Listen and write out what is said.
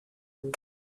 birds